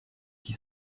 qui